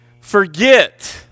forget